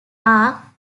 are